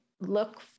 look